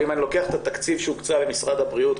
אם אני לוקח את התקציב שהוקצה למשרד הבריאות,